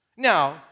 Now